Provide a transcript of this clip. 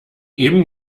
eben